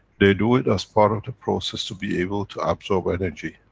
they do it, as part of the process to be able to absorb energy,